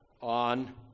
on